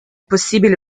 possibile